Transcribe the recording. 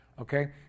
Okay